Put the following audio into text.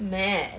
mad